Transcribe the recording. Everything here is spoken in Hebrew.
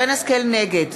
נגד